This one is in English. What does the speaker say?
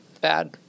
Bad